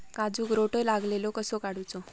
काजूक रोटो लागलेलो कसो काडूचो?